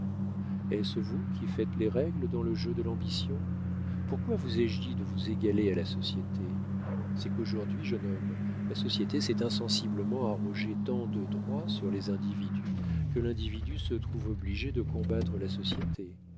est-ce vous qui faites les règles dans le jeu de l'ambition pourquoi vous ai-je dit de vous égaler à la société c'est qu'aujourd'hui jeune homme la société s'est insensiblement arrogé tant de droits sur les individus que l'individu se trouve obligé de combattre la société